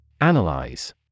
Analyze